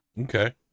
Okay